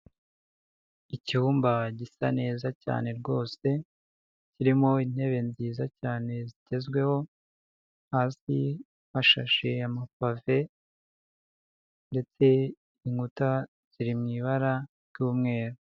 Icyumba gisa neza cyane rwose kirimo intebe nziza cyane zigezweho, hasi hashashe amapave ndetse inkuta ziri mu ibara ry'umweru.